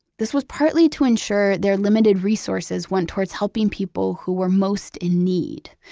this was partly to ensure their limited resources went towards helping people who were most in need.